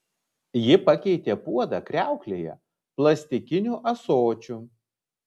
ji pakeitė puodą kriauklėje plastikiniu ąsočiu